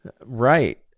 Right